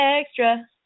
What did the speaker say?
Extra